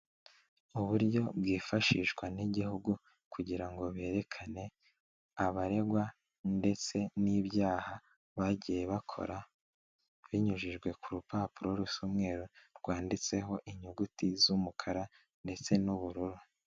Uburyo bwifashishwa n'igihugu kugira ngo berekanwe abaregwa ndetse n'ibyaha bagiye bakora, binyujijwe k'urupapuro rusa rw'umweru rwanditseho inyuguti z'umweru ndetse n'ubururu.